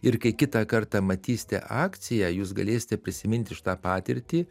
ir kai kitą kartą matysite akciją jūs galėsite prisiminti šitą patirtį